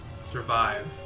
survive